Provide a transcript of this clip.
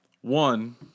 One